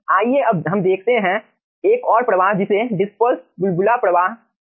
आइए अब हम देखते हैं एक और प्रवाह जिसे डिस्पर्से बुलबुला प्रवाह कहा जाता है